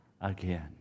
again